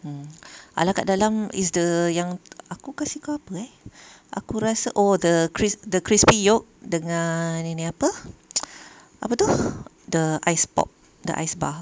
mm !alah! kat dalam is the yang aku kasi kau apa eh aku rasa oh the cris~ the crispy yolk dengan ini apa apa tu the ice pop the ice bar